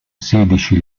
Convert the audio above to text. sedici